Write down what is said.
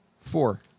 Four